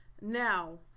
now